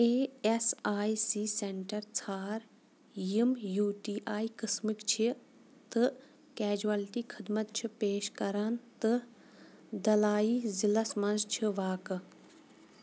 A S I C centre ژھار یِم U T I قٕسمٕکۍ چھِ تہٕ کیجوَلٹی خٕدمت چھِ پیش کران تہٕ دَلایی ضِلعس منٛز چھِ واقعہٕ